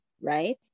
right